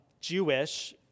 Jewish